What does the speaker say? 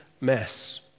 mess